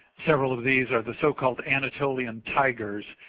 several of these are the so called anatolian tigers.